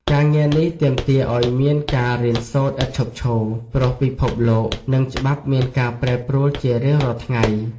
ការងារនេះទាមទារឱ្យមានការរៀនសូត្រឥតឈប់ឈរ ព្រោះពិភពលោក និងច្បាប់មានការប្រែប្រួលជារៀងរាល់ថ្ងៃ។